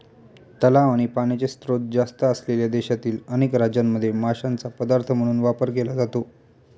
तलाव आणि पाण्याचे स्त्रोत जास्त असलेल्या देशातील अनेक राज्यांमध्ये माशांचा पदार्थ म्हणून वापर केला जातो